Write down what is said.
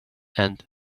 and